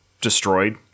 destroyed